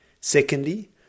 Secondly